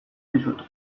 dizut